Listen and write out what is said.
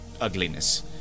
ugliness